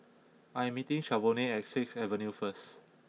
I am meeting Shavonne at Sixth Avenue first